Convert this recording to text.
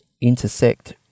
intersect